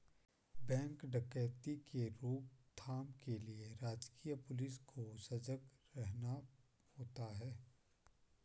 bank डकैती के रोक थाम के लिए राजकीय पुलिस को सजग रहना होता है